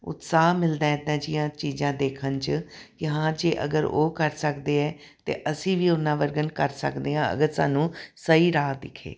ਉਤਸ਼ਾਹ ਮਿਲਦਾ ਹੈ ਇੱਦਾਂ ਦੀਆਂ ਚੀਜ਼ਾਂ ਦੇਖਣ 'ਚ ਕਿ ਹਾਂ ਜੇ ਅਗਰ ਉਹ ਕਰ ਸਕਦੇ ਹੈ ਤਾਂ ਅਸੀਂ ਵੀ ਉਹਨਾਂ ਵਰਗਾ ਕਰ ਸਕਦੇ ਹਾਂ ਅਗਰ ਸਾਨੂੰ ਸਹੀ ਰਾਹ ਦਿਖੇ